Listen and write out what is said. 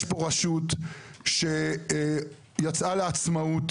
יש פה רשות שיצאה לעצמאות,